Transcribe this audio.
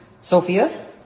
Sophia